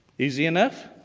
easy enough.